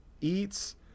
eats